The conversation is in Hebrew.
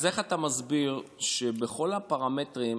איך אתה מסביר שבכל הפרמטרים,